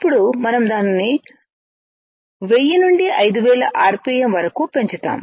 అప్పుడు మనం దానిని 1000 నుండి 5000 ఆర్పిఎమ్ వరకుపెంచుతాము